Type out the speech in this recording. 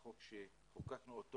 החוק שחוקקנו אותו